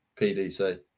PDC